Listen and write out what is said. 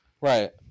Right